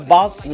Boss